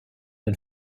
den